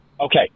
Okay